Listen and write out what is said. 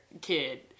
kid